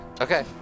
Okay